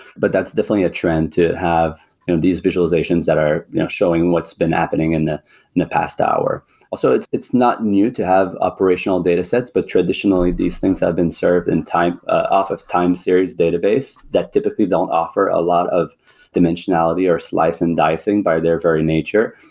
but that's definitely a trend to have these visualizations that are showing what's been happening in the hour so it's it's not new to have operational datasets, but traditionally these things have been served in time off of time series database that typically don't offer a lot of dimensionality, or slice and dicing by their very nature.